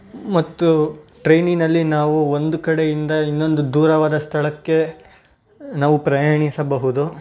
ಮತ್ತು ಟ್ರೈನಿನಲ್ಲಿ ನಾವು ಒಂದು ಕಡೆಯಿಂದ ಇನ್ನೊಂದು ದೂರವಾದ ಸ್ಥಳಕ್ಕೆ ನಾವು ಪ್ರಯಾಣಿಸಬಹುದು